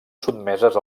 sotmeses